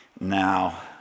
Now